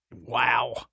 Wow